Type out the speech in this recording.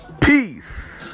Peace